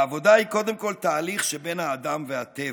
העבודה היא קודם כול תהליך שבין האדם והטבע.